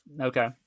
Okay